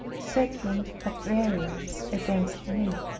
set him at variance against me.